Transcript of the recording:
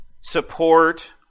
support